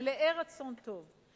מלאי רצון טוב.